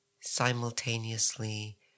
simultaneously